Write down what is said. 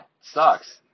Sucks